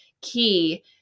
key